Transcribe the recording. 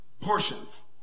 portions